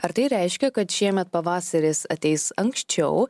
ar tai reiškia kad šiemet pavasaris ateis anksčiau